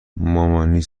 مامانی